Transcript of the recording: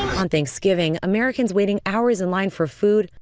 thanksgiving americans waiting hours in line for food.